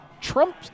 Trump